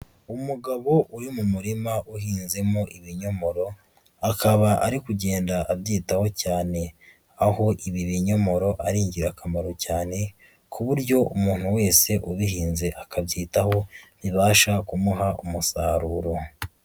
Umugabo uri mu murima uhinzemo ibinyomoro, akaba ari kugenda abyitaho cyane, aho ibi binyomoro ari ingirakamaro cyane, ku buryo umuntu wese ubihinze akabyitaho bibasha kumuha umusaruro.